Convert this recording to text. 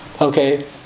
Okay